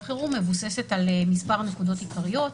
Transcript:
החירום מבוססת על מספר נקודות עיקריות,